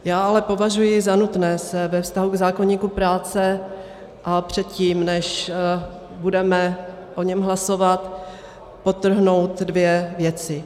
Já ale považuji za nutné ve vztahu k zákoníku práce a předtím, než budeme o něm hlasovat, podtrhnout dvě věci.